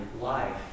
life